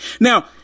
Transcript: Now